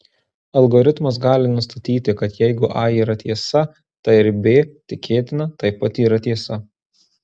algoritmas gali nustatyti kad jeigu a yra tiesa tai ir b tikėtina taip pat yra tiesa